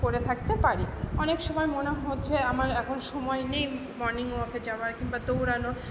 করে থাকতে পারি অনেক সময় মনে হচ্ছে আমার এখন সময় নেই মর্নিং ওয়াকে যাওয়ার কিংবা দৌড়ানোর